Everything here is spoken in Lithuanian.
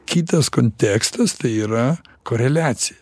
kitas kontekstas tai yra koreliacija